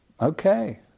Okay